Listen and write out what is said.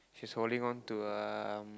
she's holding onto um